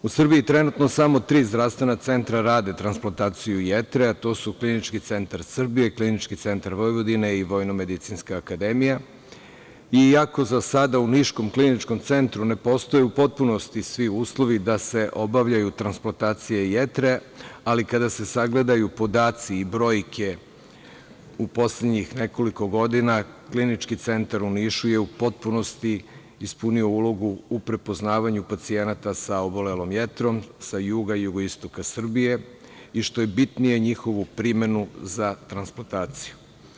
U Srbiji trenutno samo tri zdravstvena centra rade transplataciju jetre, a to su Klinički centar Srbije, Klinički centar Vojvodine i VMA i ako za sada u Niškom kliničkom centru ne postoje u potpunosti svi uslovi da se obavljaju transplatacije jetre, ali kada se sagledaju podaci i brojke u poslednjih nekoliko godina Klinički centar u Nišu je u potpunosti ispunio ulogu u prepoznavanju pacijenata sa obolelom jetrom sa juga i jugoistoka Srbije i što je bitnije njihovu primenu za transplantaciju.